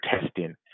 testing